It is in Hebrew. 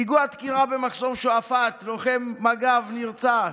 פיגוע דקירה במחסום שועפאט ולוחם מג"ב נרצח,